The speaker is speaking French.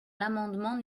l’amendement